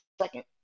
second